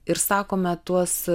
ir sakome tuos